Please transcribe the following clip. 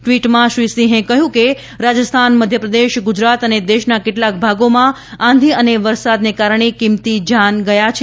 ટ્વીટમાં શ્રી સિંહે કહ્યું કે રાજસ્થાન મધ્યપ્રદેશ ગુજરાત અને દેશના કેટલાક ભાગોમાં આંધી અને વરસાદને કારણે કીંમતી જાન ગયા છે